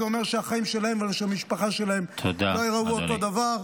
זה אומר שהחיים שלהם ושל המשפחה שלהם לא ייראו אותו דבר.